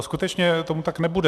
Skutečně tomu tak nebude.